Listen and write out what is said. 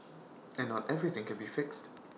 and not everything can be fixed